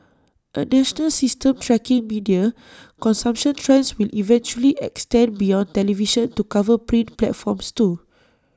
A national system tracking media consumption trends will eventually extend beyond television to cover print platforms too